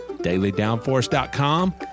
dailydownforce.com